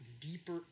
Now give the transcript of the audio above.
deeper